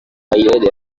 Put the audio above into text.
mayele